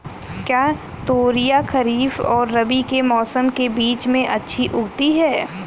क्या तोरियां खरीफ और रबी के मौसम के बीच में अच्छी उगती हैं?